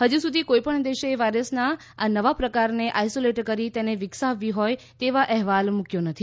હજી સુધી કોઇ પણ દેશે વાયરસના આ નવા પ્રકારને આઇસોલેટ કરી તેને વિકસાવવી હોય તેવા અહેવાલ મુક્યો નથી